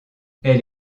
elle